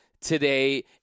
today